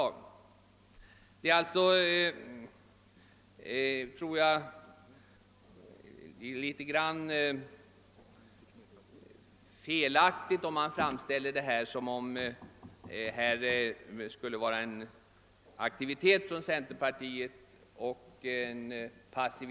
Jag tror alltså att det är felaktigt att framställa det hela som om centern skulle vara aktiv och regeringen passiv.